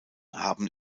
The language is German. haben